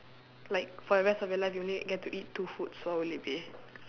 like for the rest of your life you only get to eat two food so what will it be